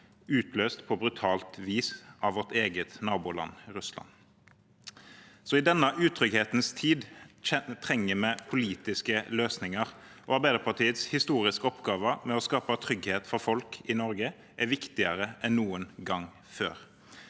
utløst på brutalt vis av vårt eget naboland Russland. I denne utrygghetens tid trenger vi politiske løsninger, og Arbeiderpartiets historiske oppgave med å skape trygghet for folk i Norge er viktigere enn noen gang før.